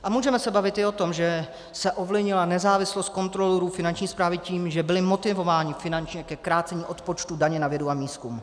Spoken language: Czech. A můžeme se bavit i o tom, že se ovlivnila nezávislost kontrolorů Finanční správy tím, že byli motivováni finančně ke krácení odpočtu daně na vědu a výzkum.